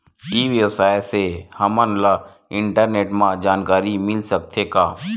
ई व्यवसाय से हमन ला इंटरनेट मा जानकारी मिल सकथे का?